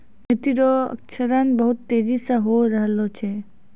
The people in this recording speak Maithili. मिट्टी रो क्षरण बहुत तेजी से होय रहलो छै